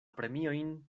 premiojn